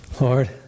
Lord